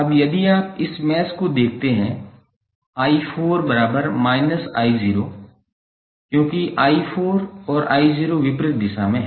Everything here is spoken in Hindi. अब यदि आप इस मैश को देखते हैं 𝑖4 I0 क्योंकि I4 और I0 विपरीत दिशा में हैं